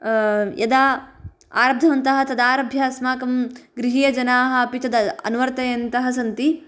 यदा आरब्धवन्तः तदारभ्य अस्माकं गृहीयजनाः अपि तद् अनुवर्तयन्तः सन्ति